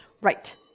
Right